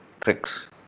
tricks